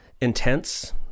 intense